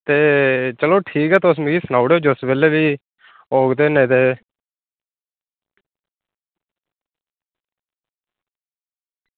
ते ठीक ऐ तुस मिगी सनाई ओड़ेओ तुस जेल्लै बी होग नेईं ते